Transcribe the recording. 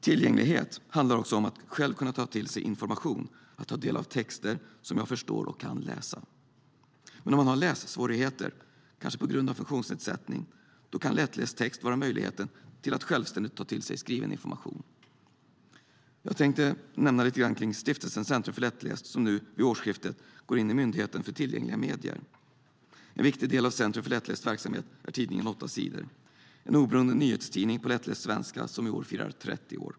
Tillgänglighet handlar också om att själv kunna ta till sig information, att ta del av texter som jag förstår och kan läsa. Men om man har lässvårigheter, kanske på grund av en funktionsnedsättning, kan lättläst text vara möjligheten till att självständigt ta till sig skriven information. Jag tänkte nämna stiftelsen Centrum för lättläst, som vid årsskiftet tas in i Myndigheten för tillgängliga medier. En viktig del av Centrum för lättlästs verksamhet är tidningen 8 Sidor. Det är en oberoende nyhetstidning på lättläst svenska som i år firar 30 år.